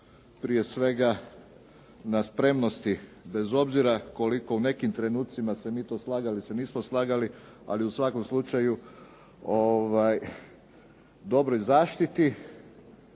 Prije sve na spremnosti, bez obzira koliko u nekim trenucima smo mi tu slagali, se nismo slagali, ali u svakom slučaju dobroj zaštiti,